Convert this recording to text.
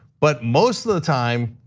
but most of the time,